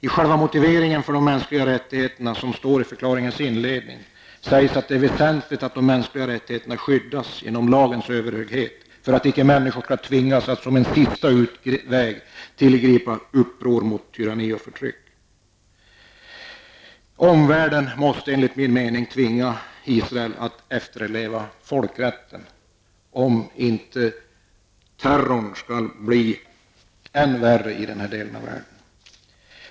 I själva motiveringen för de mänskliga rättigheterna i FN-förklaringens inledning sägs att det är väsentligt att de mänskliga rättigheterna skyddas genom lagens överhöghet för att icke människor skall tvingas att, som en sista utväg, tillgripa uppror mot tyranni och förtryck. Omvärlden måste enligt min mening tvinga Israel att efterleva folkrätten, om inte terrorn skall bli än värre i den här delen av världen.